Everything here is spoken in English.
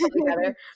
together